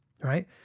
right